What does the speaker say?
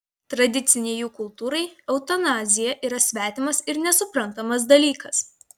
tradicinei jų kultūrai eutanazija yra svetimas ir nesuprantamas dalykas